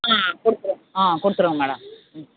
ஆ கொடுத்துருங்க ஆ கொடுத்துருங்க மேடம் ம்